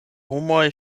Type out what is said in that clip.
homoj